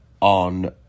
on